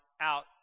out